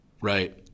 Right